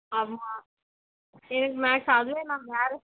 ஆமாம் எனக்கு மேக்ஸ் அதுவே நான் வேற